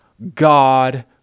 god